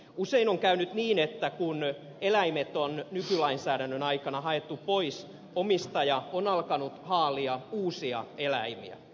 usein on käynyt niin että kun eläimet on nykylainsäädännön aikana haettu pois omistaja on alkanut haalia uusia eläimiä